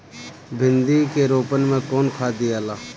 भिंदी के रोपन मे कौन खाद दियाला?